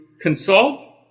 consult